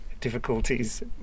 difficulties